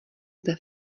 zde